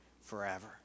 forever